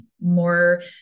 more